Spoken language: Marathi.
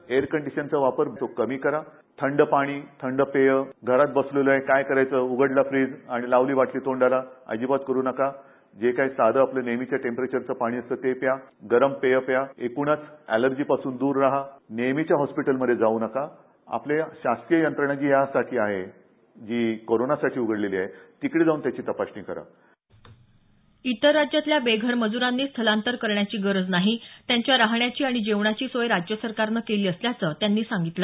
एअर कंडिशनर वापर कमी करा थंड पाणी थंड पेय ते पेऊ नका घरात बसले काय करायचं तर उघडला फ्रीज आणि बाटली लावली तोंडाला अजिबात करू नका जे काय आपलं साधं नेहमीच टेंपरेचर पाणी प्या गरम पेय प्या एकूणच एलर्जी पासून दर राहा नेहमीच्या हॉस्पिटल मध्ये जाऊ नका आपल्या शासकीय यंत्रणाच यासाठी आहे कोरोनासाठी उघडलेली आहेत तिकडे जाऊन त्याची तपासणी करा इतर राज्यातल्या बेघर मजुरांनी स्थलांतर करण्याची गरज नाही त्यांच्या राहण्याची आणि जेवणाची सोय राज्य सरकारनं केली असल्याचं त्यांनी सांगितलं